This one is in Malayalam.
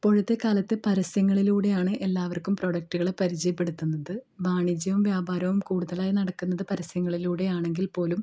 ഇപ്പോഴത്തെ കാലത്തെ പരസ്യങ്ങളിലൂടെയാണ് എല്ലാവർക്കും പ്രൊഡക്ടുകൾ പരിചയപ്പെടുത്തുന്നത് വാണിജ്യവും വ്യാപാരവും കൂടുതലായി നടക്കുന്നത് പരസ്യങ്ങളിലൂടെ ആണെങ്കിൽ പോലും